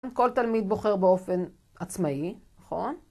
כל תלמיד בוחר באופן עצמאי, נכון?